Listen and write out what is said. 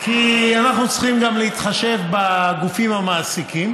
כי אנחנו צריכים גם להתחשב בגופים המעסיקים